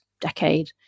decade